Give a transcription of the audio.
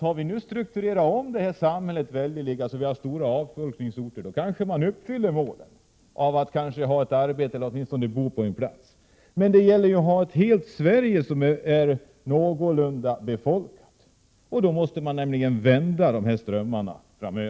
Har vi nu strukturerat om det här samhället så att vi har stora avfolkningsorter, kanske man uppfyller målen — att alla har ett arbete eller åtminstone en bostad. Men det gäller ju att hela Sverige skall vara någorlunda befolkat. För att åstadkomma det måste man framöver vända strömmarna.